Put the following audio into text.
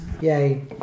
yay